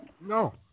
No